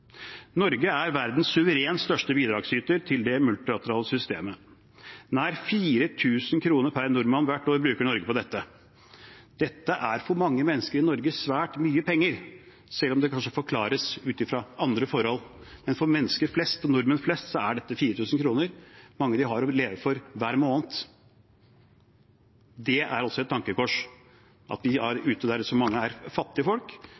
Norge er verdens suverent største bidragsyter til det multilaterale systemet. Nær 4 000 kr per nordmann hvert år bruker Norge på dette. Dette er for mange mennesker i Norge svært mye penger, selv om det kanskje forklares ut fra andre forhold. Men for mennesker flest, og for nordmenn flest, er dette, 4 000 kr, det de har å leve for hver måned. Det er altså et tankekors at mange der ute er fattige folk,